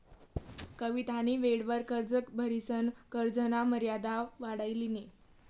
कवितानी वेळवर कर्ज भरिसन कर्जना मर्यादा वाढाई लिनी